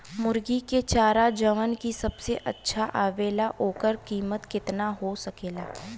मुर्गी के चारा जवन की सबसे अच्छा आवेला ओकर कीमत केतना हो सकेला?